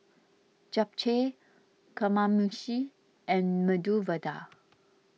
Japchae Kamameshi and Medu Vada